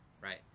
right